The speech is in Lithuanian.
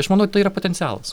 aš manau tai yra potencialas